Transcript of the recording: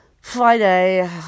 Friday